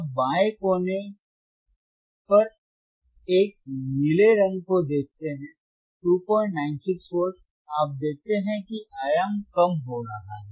आप बाएं कोने पर एक नीले रंग का देखते हैं 296 वोल्ट आप देखते हैं कि आयाम कम हो रहा है